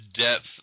depth